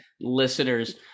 listeners